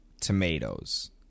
tomatoes